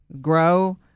grow